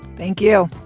thank you